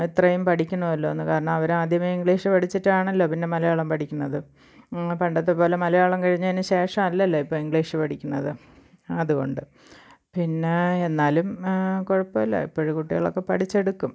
അത്രേം പഠിക്കണമല്ലോ എന്ന് കാരണം അവർ ആദ്യമേ ഇംഗ്ലീഷ് പഠിച്ചിട്ടാണല്ലൊ പിന്നെ മലയാളം പഠിക്കുന്നത് പണ്ടത്തെപ്പോലെ മലയാളം കഴിഞ്ഞതിന് ശേഷം അല്ലല്ലോ ഇപ്പോൾ ഇംഗ്ലീഷ് പഠിക്കുന്നത് അത്കൊണ്ട് പിന്നെ എന്നാലും കുഴപ്പം ഇല്ല എപ്പഴും കുട്ടികളൊക്കെ പഠിച്ചെടുക്കും